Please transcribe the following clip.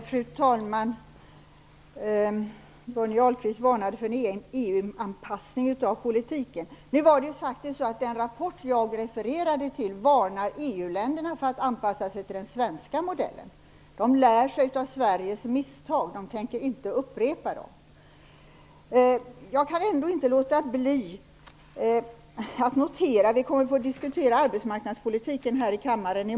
Fru talman! Johnny Ahlqvist varnade för en EU anpassning av politiken. Den rapport jag refererade till varnar faktiskt EU-länderna för att anpassa sig till den svenska modellen. De lär av Sveriges misstag och tänker inte upprepa dem. I morgon kommer vi att få diskutera arbetsmarknadspolitiken här i kammaren.